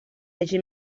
hagi